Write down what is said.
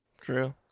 true